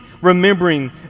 remembering